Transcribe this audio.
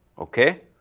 okay,